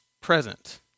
present